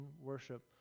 worship